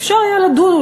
אפשר היה לדון,